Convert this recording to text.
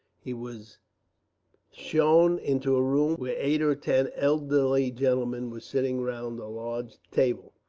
he was shown into a room where eight or ten elderly gentlemen were sitting round a large table.